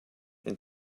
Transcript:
and